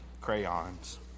crayons